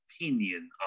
opinion